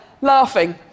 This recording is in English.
laughing